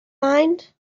mind